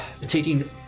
taking